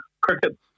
cricket